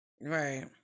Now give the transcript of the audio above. right